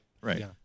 Right